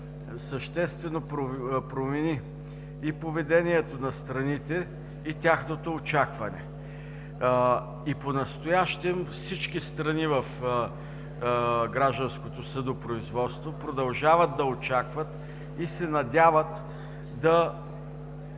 съществено промени и поведението на страните, и тяхното очакване. Понастоящем всички страни в гражданското съдопроизводство продължават да очакват и се надяват да